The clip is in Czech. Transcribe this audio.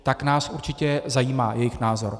Tak nás určitě zajímá jejich názor.